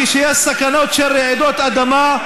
כשיש סכנות של רעידות אדמה,